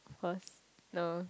what no